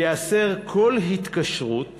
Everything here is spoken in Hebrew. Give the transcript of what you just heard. תיאסר כל התקשרות